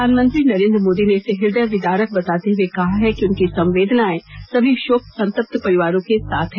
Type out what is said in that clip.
प्रधानमंत्री नरेंद्र मोदी ने इसे हृदय विदारक बताते हुए कहा है कि उनकी संवेदनाएं सभी शोक संतप्त परिवारों के साथ हैं